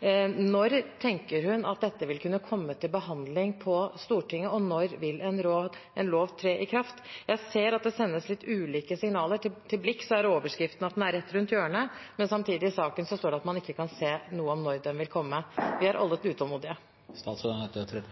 Når tenker hun at dette vil kunne komme til behandling på Stortinget, og når vil en lov tre i kraft? Jeg ser at det sendes litt ulike signaler. I Blikk er overskriften at det er rett rundt hjørnet, men i saken står det samtidig at man ikke kan si noe om når det vil komme. Vi er alle utålmodige. Jeg